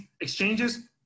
exchanges